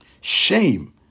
Shame